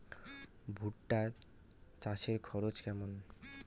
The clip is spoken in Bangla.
ভুট্টা চাষে খরচ কেমন?